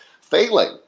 failing